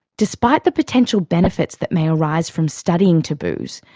despite the potential benefits that may arise from studying taboos,